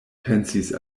pensis